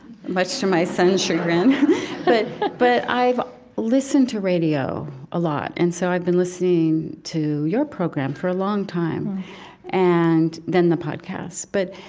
much to my son's chagrin but but i've listened to radio a lot, and so i've been listening to your program for a long time and, then the podcasts. but,